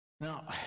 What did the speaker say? Now